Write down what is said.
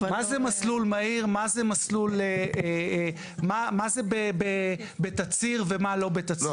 מה זה מסלול מהיר ומה בתצהיר ומה לא בתצהיר.